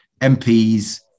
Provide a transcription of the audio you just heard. MPs